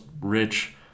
rich